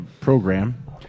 program